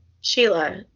Sheila